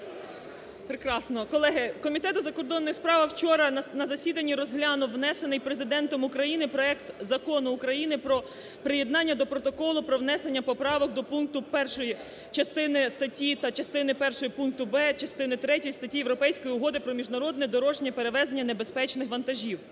Прекрасно. Колеги, Комітет у закордонних справах вчора на засіданні розглянув внесений Президентом України проект Закону України про приєднання до Протоколу про внесення поправок до пункту першої частини статті та частини першої та пункту b) частини третьої статті Європейської угоди про міжнародне дорожнє перевезення небезпечних вантажів.